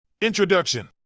Introduction